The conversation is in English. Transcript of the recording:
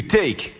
take